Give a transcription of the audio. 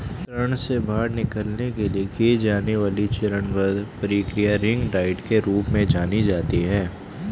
ऋण से बाहर निकलने के लिए की जाने वाली चरणबद्ध प्रक्रिया रिंग डाइट के रूप में जानी जाती है